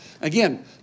Again